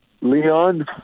Leon